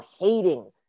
hating